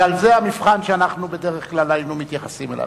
וזה המבחן שבדרך כלל היינו מתייחסים אליו.